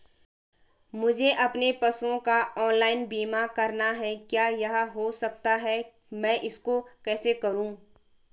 मुझे अपने पशुओं का ऑनलाइन बीमा करना है क्या यह हो सकता है मैं इसको कैसे करूँ?